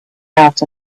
out